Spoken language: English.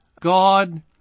God